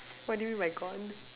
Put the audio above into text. what do you mean by gone